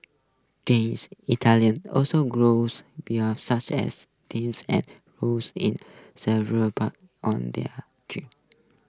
Jamie's Italian also grows such as thyme and rose in several planters on thier terrace